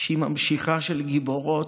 והיא ממשיכה של גיבורות,